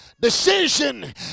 decision